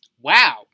wow